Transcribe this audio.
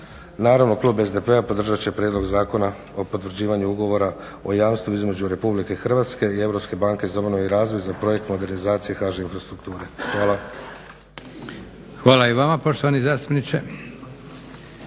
Naravno klub SDP-a podržat će Prijedlog zakona o potvrđivanju ugovora o jamstvu između RH i Europske banke za obnovu i razvoj za projekt modernizacije HŽ Infrastrukture. Hvala. **Leko, Josip (SDP)** Hvala i vama poštovani zastupniče.